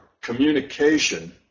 communication